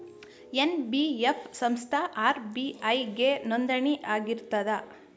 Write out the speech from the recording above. NBF ಸಂಸ್ಥಾ RBI ಗೆ ನೋಂದಣಿ ಆಗಿರ್ತದಾ?